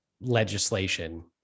legislation